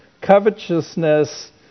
covetousness